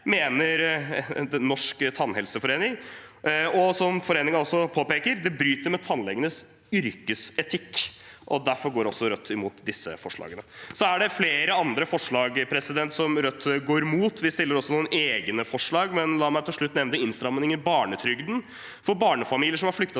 Den norske tannlegeforening. Og som foreningen også påpeker, bryter det med tannlegenes yrkesetikk. Derfor går også Rødt imot disse forslagene. Det er flere andre forslag Rødt går imot. Vi stiller også noen egne forslag. Men la meg til slutt nevne innstramming i barnetrygden, for barnefamilier som har flyktet til